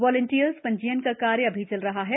volunteers पंजीयन का कार्य अभी चल रहा है